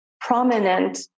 prominent